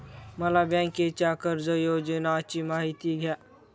मला बँकेच्या कर्ज योजनांची माहिती द्या